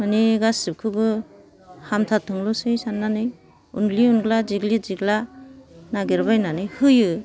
माने गासिबखौबो हामथारथोंल'सै सान्नानै उनग्लि उनग्ला देग्लि देग्ला नागिर बायनानै होयो